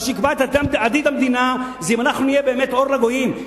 מה שיקבע את עתיד המדינה זה אם אנחנו נהיה באמת אור לגויים,